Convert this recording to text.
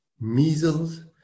measles